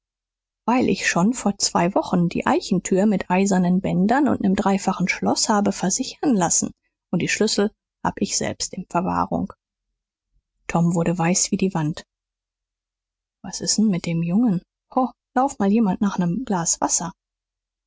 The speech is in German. weil ich schon vor zwei wochen die eichentür mit eisernen bändern und nem dreifachen schloß habe versichern lassen und die schlüssel habe ich selbst in verwahrung tom wurde weiß wie die wand was ist's mit dem jungen ho lauf mal jemand nach nem glas wasser